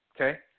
Okay